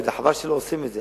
וחבל שלא עושים את זה,